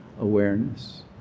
awareness